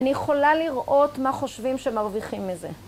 אני יכולה לראות מה חושבים שמרוויחים מזה.